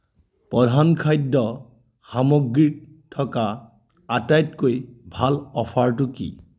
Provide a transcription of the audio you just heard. প্ৰধান খাদ্য সামগ্ৰীত থকা আটাইতকৈ ভাল অফাৰটো কি